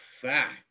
fact